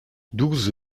douze